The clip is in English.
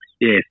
yes